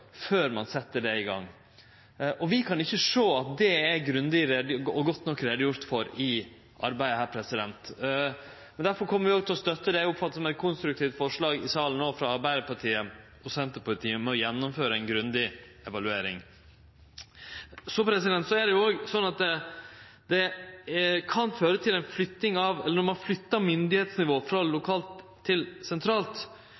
før ein set dette i gang. Og vi kan ikkje sjå at dette er grundig og godt nok gjort greie for i dette arbeidet. Difor kjem vi òg til å støtte det eg oppfattar som eit konstruktivt forslag i salen no frå Arbeidarpartiet og Senterpartiet, forslag nr. 5, om å gjennomføre ei grundig evaluering. Så er det jo òg slik at når ein flyttar myndigheitsnivå frå lokalt til sentralt, kan det føre til